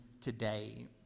today